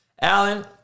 Alan